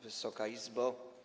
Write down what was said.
Wysoka Izbo!